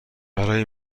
برای